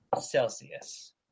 Celsius